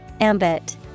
Ambit